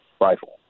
rifle